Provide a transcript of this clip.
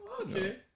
Okay